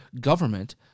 government